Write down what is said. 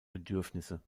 bedürfnisse